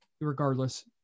regardless